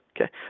Okay